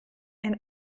ein